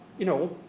you know,